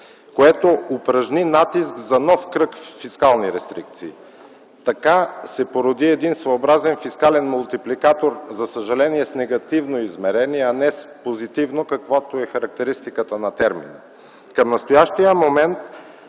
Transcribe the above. което упражни натиск за нов кръг фискални рестрикции. Така се породи един своеобразен фискален мултипликатор, за съжаление, с негативно измерение, а не с позитивно, каквато е характеристиката на термина. Към настоящия момент